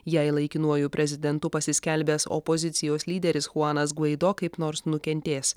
jei laikinuoju prezidentu pasiskelbęs opozicijos lyderis chuanas gvaido kaip nors nukentės